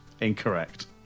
Incorrect